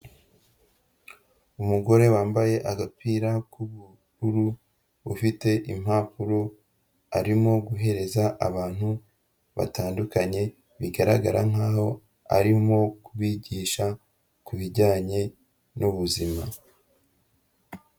Umugore wambaye agapira k'ubururu, ufite impapuro arimo guhereza abantu batandukanye, bigaragara nkaho arimo kubigisha ku bijyanye n'ubuzima.